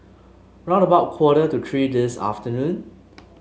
round about quarter to three this afternoon